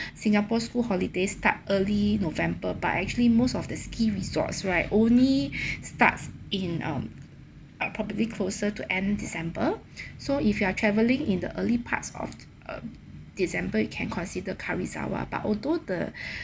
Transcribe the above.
singapore's school holiday start early november but actually most of the ski resorts right only starts in um uh probably closer to end december so if you are traveling in the early parts of uh december you can consider karuizawa but although the